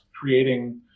creating